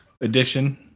edition